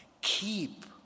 keep